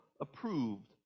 approved